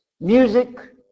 music